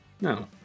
No